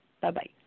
Bye-bye